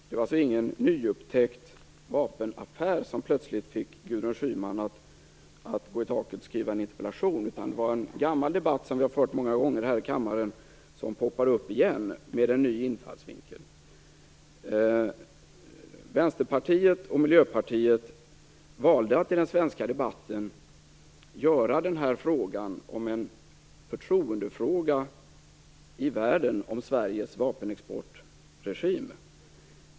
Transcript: Det var alltså ingen nyupptäckt vapenaffär som plötsligt fick Gudrun Schyman att gå i taket och skriva en interpellation, utan det var en gammal debatt, som vi fört många gånger här i kammaren, som poppade upp igen - nu med en ny infallsvinkel. Vänsterpartiet och Miljöpartiet valde att i den svenska debatten göra den här frågan till en förtroendefråga i världen om Sveriges vapenexportregim.